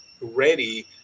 ready